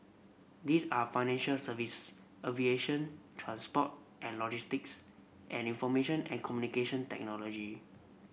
these are financial service aviation transport and logistics and information and Communication Technology